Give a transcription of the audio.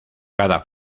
cada